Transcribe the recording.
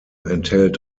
enthält